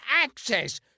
access